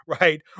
right